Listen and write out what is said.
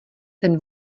ten